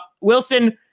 Wilson